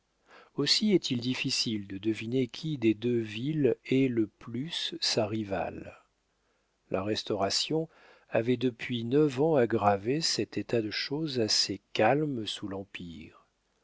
aussi est-il difficile de deviner qui des deux villes hait le plus sa rivale la restauration avait depuis neuf ans aggravé cet état de choses assez calme sous l'empire